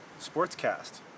sportscast